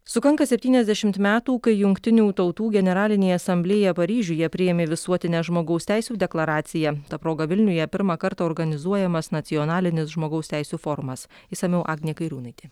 sukanka septyniasdešimt metų kai jungtinių tautų generalinė asamblėja paryžiuje priėmė visuotinę žmogaus teisių deklaraciją ta proga vilniuje pirmą kartą organizuojamas nacionalinis žmogaus teisių formas išsamiau agnė kairiūnaitė